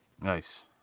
Nice